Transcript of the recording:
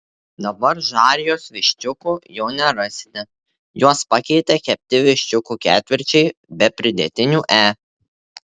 dabar žarijos viščiukų jau nerasite juos pakeitė kepti viščiukų ketvirčiai be pridėtinių e